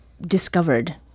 discovered